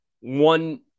one